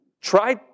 Try